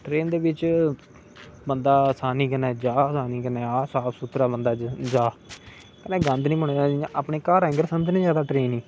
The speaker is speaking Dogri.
इंदे बिच बंदा आसानी कन्नै जाए आसानी कन्नै आए आसानी कन्नै जाए साफ सुथरा बंदा जा कन्नै गंद नेई पौना चाहिदा इयां अपने घार आंगर समझना चाहिदा ट्रेन गी